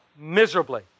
miserably